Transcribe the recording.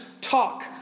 talk